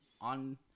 on